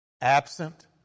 absent